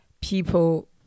people